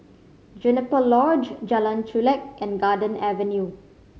Juniper Lodge Jalan Chulek and Garden Avenue